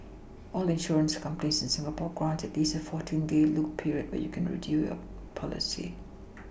all insurance companies in Singapore grant at least a fourteen day look period where you can your policy